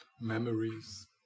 memories